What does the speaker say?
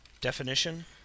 definition